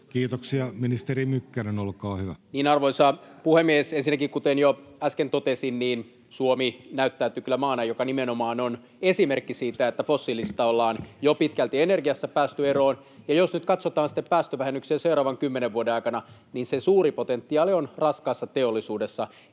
Kivelä vas) Time: 16:50 Content: Arvoisa puhemies! Ensinnäkin, kuten jo äsken totesin, Suomi näyttäytyy kyllä maana, joka nimenomaan on esimerkki siitä, että fossiilisista ollaan jo pitkälti energiassa päästy eroon. Jos nyt katsotaan sitten päästövähennyksiä seuraavan kymmenen vuoden aikana, niin se suurin potentiaali on raskaassa teollisuudessa.